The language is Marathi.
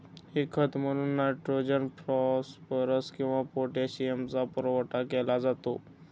हे खत म्हणून नायट्रोजन, फॉस्फरस किंवा पोटॅशियमचा पुरवठा केला जातो